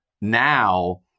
now